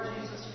Jesus